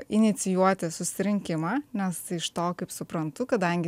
inicijuoti susirinkimą nes iš to kaip suprantu kadangi